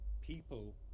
people